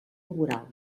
laboral